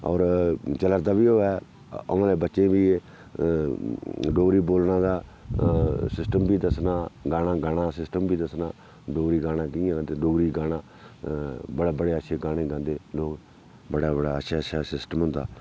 होर चला दा बी होऐ औने आह्ले बच्चें बी डोगरी बोलने दा सिस्टम बी दस्सना गाना गाना सिस्टम बी दस्सना डोगरी गाना कियां ते डोगरी गाना बड़े बड़े अच्छे गाने गांदे लोक बड़ा बड़ा अच्छा अच्छा सिस्टम होंदा